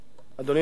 אדוני היושב-ראש,